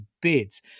bids